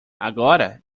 agora